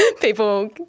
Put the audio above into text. people